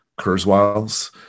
Kurzweil's